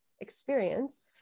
experience